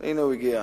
הנה, הוא הגיע.